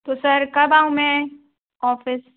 तो सर कब आऊँ मैं ऑफिस